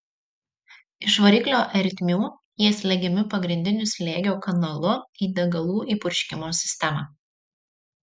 iš variklio ertmių jie slegiami pagrindiniu slėgio kanalu į degalų įpurškimo sistemą